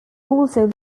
also